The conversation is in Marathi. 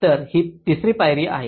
तर ही तिसरी पायरी आहे